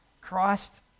Christ